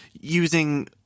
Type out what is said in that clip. using